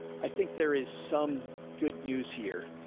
i think there is some good news here,